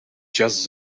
just